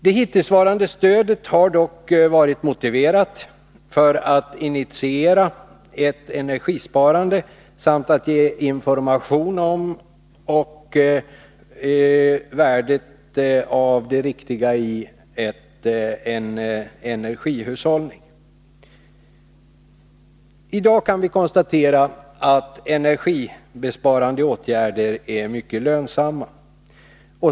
Det hittillsvarande stödet har dock varit motiverat för att initiera ett energisparande samt för att ge information om värdet av och det riktiga i en energihushållning. I dag kan vi konstatera att energibesparande åtgärder är mycket lönsamma.